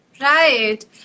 Right